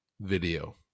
video